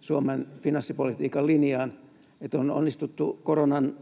Suomen finanssipolitiikan linjaan, että on onnistuttu koronan